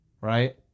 Right